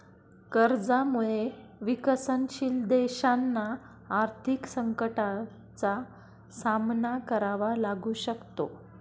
कर्जामुळे विकसनशील देशांना आर्थिक संकटाचा सामना करावा लागू शकतो